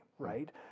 right